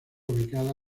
ubicada